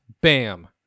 Bam